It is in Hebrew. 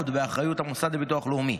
ולא יהיה עוד באחריות המוסד לביטוח לאומי.